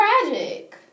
tragic